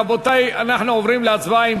רבותי, אנחנו עוברים להצבעה.